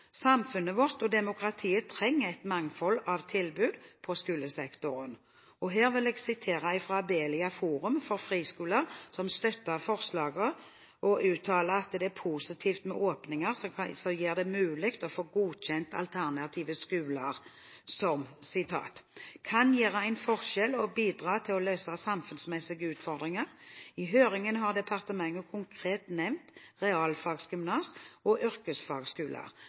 Samfunnet vårt og demokratiet trenger et mangfold av tilbud i skolesektoren. Her vil jeg gjerne sitere Abelias Forum for Friskoler, som støtter forslaget og uttaler at det er positivt med åpninger som gjør det mulig å få godkjent alternative skoler som «kan gjøre en forskjell og bidra til å løse samfunnsmessige utfordringer. I høringen har departementet konkret nevnt realfagsgymnas og yrkesfagskoler.